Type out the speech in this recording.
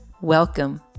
Welcome